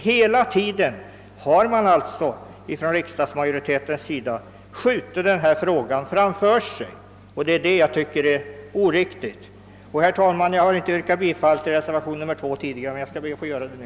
Hela tiden har alltså riksdagsmajoriteten skjutit frågan framför sig, och det är det jag tycker är felaktigt. Herr talman! Jag har inte yrkat bifall till reservationen II tidigare men skall be att få göra det nu.